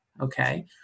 Okay